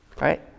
right